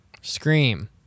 Scream